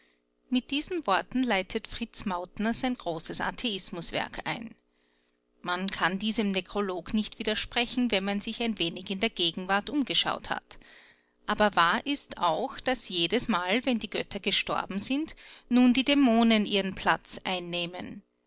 mit diesen worten leitet fritz mauthner sein großes atheismuswerk ein man kann diesem nekrolog nicht widersprechen wenn man sich ein wenig in der gegenwart umgeschaut hat aber wahr ist auch daß jedesmal wenn die götter gestorben sind nun die dämonen ihren platz einnehmen